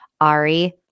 Ari